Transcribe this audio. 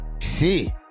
See